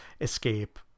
escape